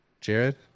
Jared